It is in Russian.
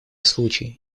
случай